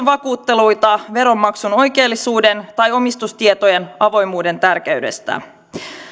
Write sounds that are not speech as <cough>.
<unintelligible> vakuutteluita veronmaksun oikeellisuuden tai omistustietojen avoimuuden tärkeydestä